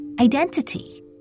identity